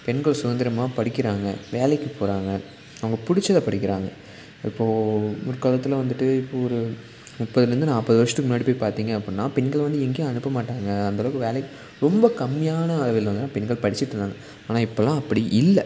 பெண்கள் சுதந்திரமா படிக்கிறாங்க வேலைக்கு போகிறாங்க அவங்க பிடிச்சத படிக்கிறாங்க இப்போது முற்காலத்தில் வந்துட்டு இப்போ ஒரு முப்பதுலேருந்து நாற்பது வருஷத்துக்கு முன்னாடி போய் பார்த்திங்க அப்புடினா பெண்களை வந்து எங்கேயும் அனுப்பமாட்டாங்க அந்த அளவுக்கு வேலைக்கு ரொம்ப கம்மியான அளவில் தான் பெண்கள் படிச்சிட்டுருந்தாங்க ஆனால் இப்போல்லாம் அப்படி இல்லை